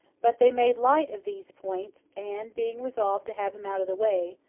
but they made light of these points and, being resolved to have him out of the way,